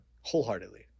wholeheartedly